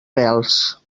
pèls